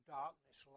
darkness